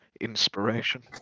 Inspiration